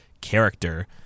character